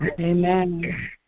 Amen